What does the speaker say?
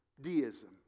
deism